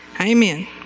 Amen